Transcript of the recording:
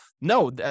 no